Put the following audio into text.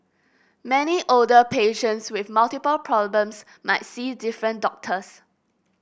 many older patients with multiple problems might see different doctors